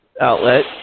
outlet